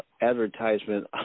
advertisement